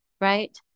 right